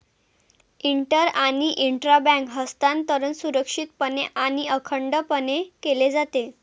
inter आणि intra bank हस्तांतरण सुरक्षितपणे आणि अखंडपणे केले जाते